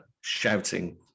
shouting